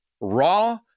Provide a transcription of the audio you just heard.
raw